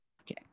Okay